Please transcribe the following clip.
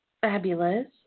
fabulous